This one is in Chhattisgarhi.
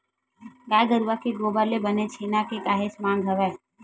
गाय गरुवा के गोबर ले बने छेना के काहेच मांग हवय